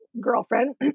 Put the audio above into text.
girlfriend